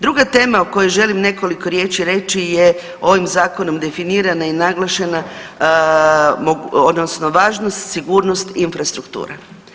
Druga tema o kojoj želim nekoliko tema reći je, ovim Zakonom definirana je i naglašena odnosno važnost sigurnosti infrastruktura.